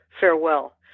farewell